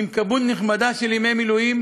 עם כמות נכבדה של ימי מילואים,